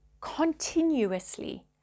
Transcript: continuously